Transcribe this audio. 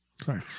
Sorry